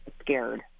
scared